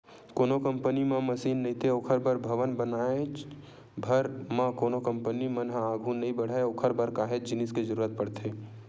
कोनो कंपनी म मसीन नइते ओखर बर भवन बनाएच भर म कोनो कंपनी मन ह आघू नइ बड़हय ओखर बर काहेच जिनिस के जरुरत पड़थे